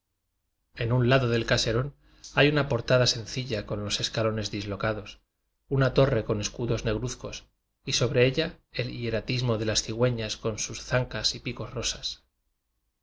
en un lado del caserón hay una portada sencilla con los escalones dislocados una forre con escudos negruzcos y sobre ella w fjf r el hierafismo de las cigüeñas con sus zan cas y picos